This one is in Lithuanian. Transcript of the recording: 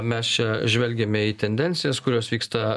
mes čia žvelgiame į tendencijas kurios vyksta